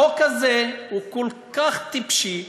החוק הזה כל כך טיפשי,